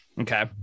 Okay